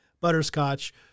Butterscotch